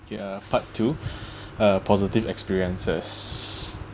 okay uh part two uh positive experiences